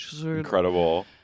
incredible